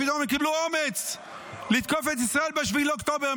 פתאום הם קיבלו אומץ לתקוף את ישראל ב-7 באוקטובר.